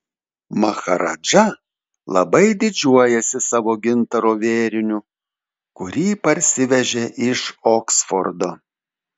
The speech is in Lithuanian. maharadža labai didžiuojasi savo gintaro vėriniu kurį parsivežė iš oksfordo